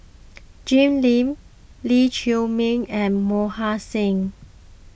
Jim Lim Lee Chiaw Meng and Mohan Singh